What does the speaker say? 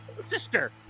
Sister